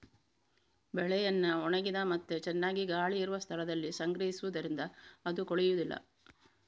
ಬೆಳೆಯನ್ನ ಒಣಗಿದ ಮತ್ತೆ ಚೆನ್ನಾಗಿ ಗಾಳಿ ಇರುವ ಸ್ಥಳದಲ್ಲಿ ಸಂಗ್ರಹಿಸುದರಿಂದ ಅದು ಕೊಳೆಯುದಿಲ್ಲ